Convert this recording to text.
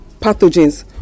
pathogens